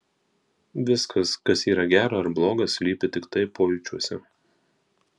viskas kas yra gera ar bloga slypi tiktai pojūčiuose